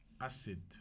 Acid